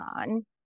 on